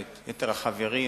ואת יתר החברים,